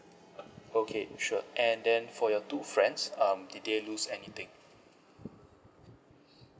okay sure and then for your two friends um did they lose anything